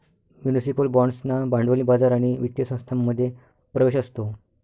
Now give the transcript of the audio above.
municipal बाँड्सना भांडवली बाजार आणि वित्तीय संस्थांमध्ये प्रवेश असतो